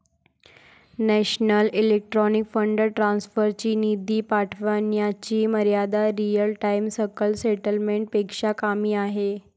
national electronic fund transfer ची निधी पाठविण्याची मर्यादा रिअल टाइम सकल सेटलमेंट पेक्षा कमी आहे